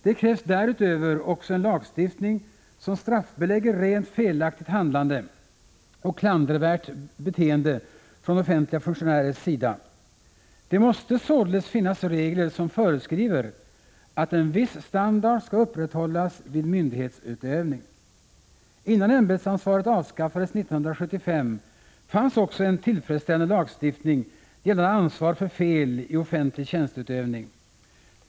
Det krävs därutöver en lagstiftning som straffbelägger rent felaktigt handlande och klandervärt beteende av offentliga funktionärer. Det måste således finnas regler som föreskriver att en viss standard skall upprätthållas vid myndighetsutövning. Innan ämbetsansvaret avskaffades 1975 fanns också en tillfredsställande lagstiftning gällande ansvar för fel i offentlig tjänsteutövning.